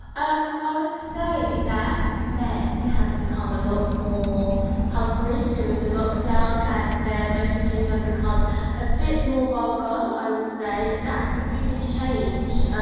um ah would say that men have become a lot more hungry during the lockdown and their messages have become a bit more vulgar, i would say. that's the biggest change.